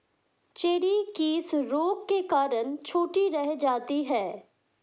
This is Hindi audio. चेरी किस रोग के कारण छोटी रह जाती है?